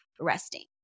resting